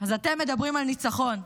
אז אתם מדברים על ניצחון?